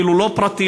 אפילו לא פרטית,